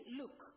look